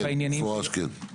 במפורש כן.